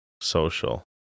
social